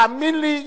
תאמין לי,